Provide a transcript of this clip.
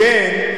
לכן,